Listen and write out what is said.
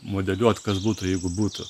modeliuot kas būtų jeigu būtų